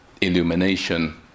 illumination